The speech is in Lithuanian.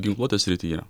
ginkluotės srityje